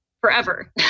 forever